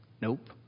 nope